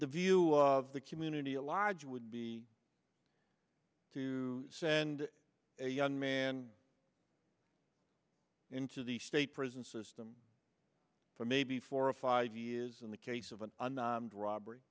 the view of the community a logic would be to send a young man into the state prison system for maybe four or five years in the case of an